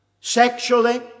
Sexually